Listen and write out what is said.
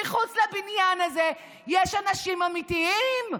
מחוץ לבניין הזה יש אנשים אמיתיים,